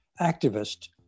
activist